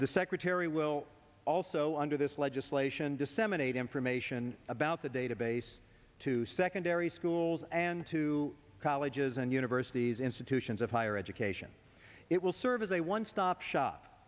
the secretary will also under this legislation disseminate information about the database to secondary schools and to colleges and universities institutions of higher education it will serve as a one stop shop